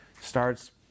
starts